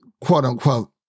quote-unquote